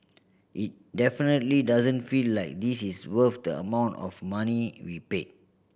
it definitely doesn't feel like this is worth the amount of money we paid